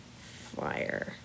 fire